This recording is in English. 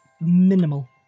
minimal